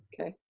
okay